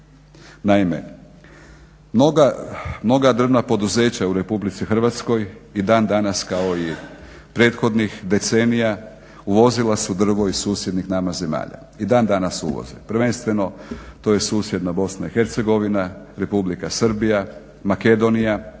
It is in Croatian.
Naime, mnoga drvna poduzeća u RH i dan danas kao i prethodnih decenija uvozila su drvo iz susjednih nama zemalja, i dan danas uvoze prvenstveno to je susjedna Bosna i Hercegovina, Republika Srbija, Makedonija,